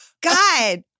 God